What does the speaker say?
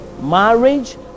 marriage